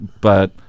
but-